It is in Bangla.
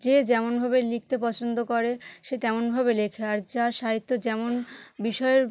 যে যেমনভাবে লিখতে পছন্দ করে সে তেমনভাবে লেখে আর যার সাহিত্য যেমন বিষয়ের